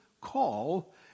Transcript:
call